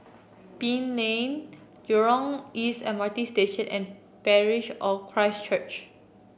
Pine Lane Jurong East M R T Station and Parish of Christ Church